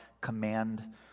command